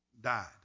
died